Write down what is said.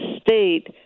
state